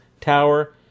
tower